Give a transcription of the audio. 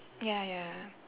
ya ya